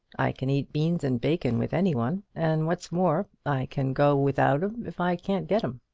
i can eat beans and bacon with any one and what's more, i can go without em if i can't get em.